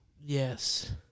Yes